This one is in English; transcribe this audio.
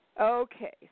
Okay